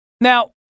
Now